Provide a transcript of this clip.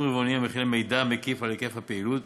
רבעוניים המכילים מידע מקיף על היקף הפעילות,